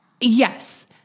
Yes